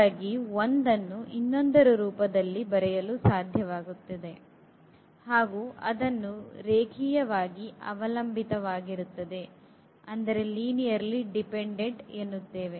ಹಾಗಾಗಿ ಒಂದನ್ನು ಇನ್ನೊಂದರ ರೂಪದಲ್ಲಿ ಬರೆಯಲು ಸಾಧ್ಯವಾಗುತ್ತದೆ ಹಾಗು ಅದನ್ನು ರೇಖೀಯವಾಗಿ ಅವಲಂಬಿತವಾಗಿರುತ್ತದೆ ಎನ್ನುತ್ತೇವೆ